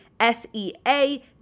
S-E-A